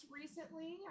recently